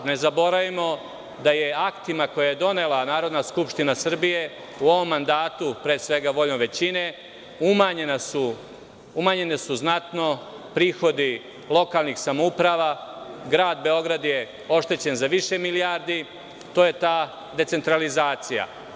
Ne zaboravimo da je aktima koje je donela Narodna skupština Srbije, u ovom mandatu, pre svega, voljom većine umanjeni su znatno prihodi lokalnih samouprava, a grad Beograd je oštećen za više milijardi i to je ta decentralizacija.